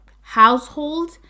household